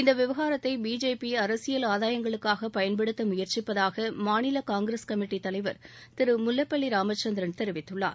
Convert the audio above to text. இந்த விவகாரத்தை பிஜேபி அரசியல் ஆதாயங்களுக்காக பயன்படுத்த முயற்சிப்பதாக மாநில காங்கிரஸ் கமிட்டி தலைவர் திரு முல்லப்பள்ளி ராமச்சந்திரன் தெரிவித்துள்ளார்